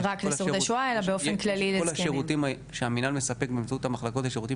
כל השירותים שהמנהל מספק באמצעות המחלקות אלו שירותים